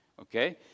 Okay